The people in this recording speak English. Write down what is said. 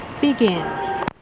Begin